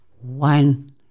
one